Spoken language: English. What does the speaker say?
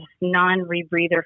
non-rebreather